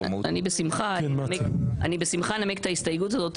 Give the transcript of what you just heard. אני בשמחה אנמק את ההסתייגות הזאת.